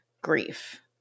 grief